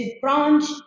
branch